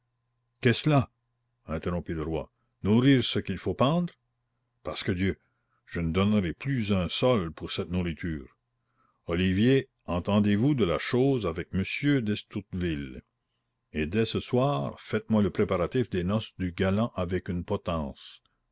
qu'est cela interrompit le roi nourrir ce qu'il faut pendre pasque dieu je ne donnerai plus un sol pour cette nourriture olivier entendez-vous de la chose avec monsieur d'estouteville et dès ce soir faites-moi le préparatif des noces du galant avec une potence